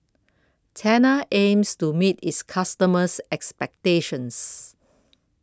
Tena aims to meet its customers' expectations